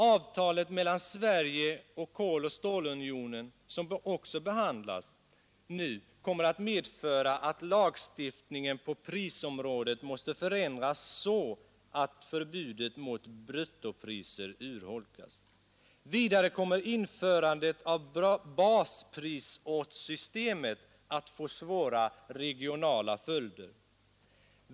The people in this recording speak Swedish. Avtalet mellan Sverige och Koloch stålunionen som också behandlas nu kommer att medföra att lagstiftningen på prisområdet måste förändras så att förbudet mot bruttopriser urholkas. Vidare kommer införandet av basprisortssystemet att få svåra regionala följder.